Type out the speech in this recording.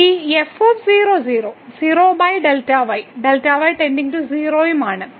ഈ f 00 0Δy Δy → 0 ഉം ആണ്